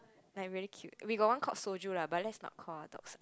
like very cute we got one called soju lah but let's not call our dogs